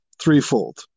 threefold